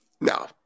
no